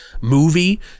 movie